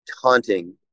taunting